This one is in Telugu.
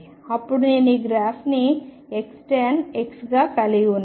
అప్పుడు నేను ఈ గ్రాఫ్ని Xtan X గా కలిగి ఉన్నాను